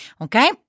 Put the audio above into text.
okay